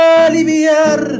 aliviar